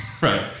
Right